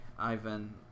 Ivan